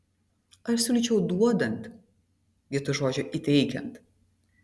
aš siūlyčiau duodant vietoj žodžio įteikiant